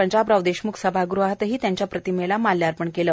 पंजाबराव देशम्ख सभागृहात ही त्यांच्या प्रतिमेला माल्यार्पण केले